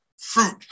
fruit